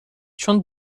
چون